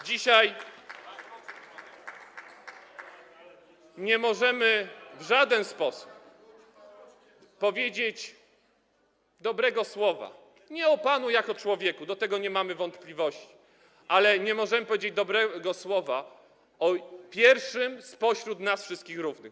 Dzisiaj nie możemy w żaden sposób powiedzieć dobrego słowa nie o panu jako człowieku, bo co do tego nie mamy wątpliwości, ale nie możemy powiedzieć dobrego słowa o pierwszym spośród nas wszystkich równych.